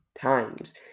times